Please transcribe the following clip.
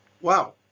Wow